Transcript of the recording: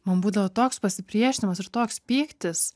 man būdavo toks pasipriešinimas ir toks pyktis